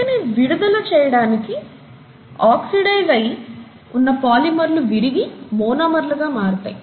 శక్తిని విడుదల చేయటానికి ఆక్సిడైజ్ అయ్యి ఉన్న పొలిమర్లు విరిగి మోనోమెర్లగా మారుతాయి